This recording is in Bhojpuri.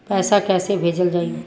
पैसा कैसे भेजल जाइ?